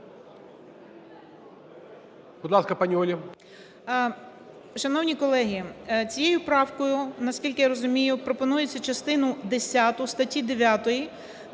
Будь ласка, пані Оля.